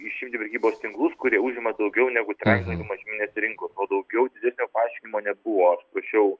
išimti prekybos tinklus kurie užima daugiau negu trečdalį mažmeninės rinkos daugiau didesnio paaiškinimo nebuvo prašiau